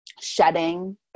shedding